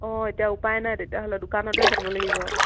অঁ এতিয়া উপায় নাই তেতিয়াহ'লে দোকানতে যাব লাগিব